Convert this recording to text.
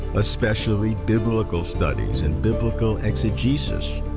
especially biblical studies and biblical exegesis.